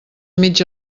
mig